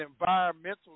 environmental